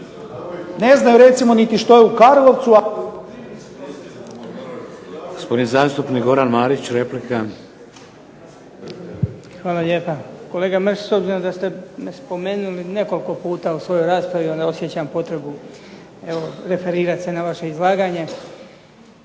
Ne znaju recimo niti što je u Karlovcu...